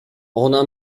ona